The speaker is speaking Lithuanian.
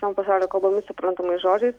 visom pasaulio kalbomis suprantamais žodžiais